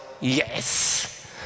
yes